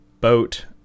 boat